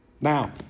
Now